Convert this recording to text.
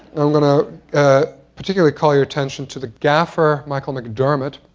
i'm going to particularly call your attention to the gaffer, michael mcdermott.